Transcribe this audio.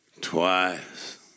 twice